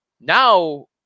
now